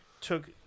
Took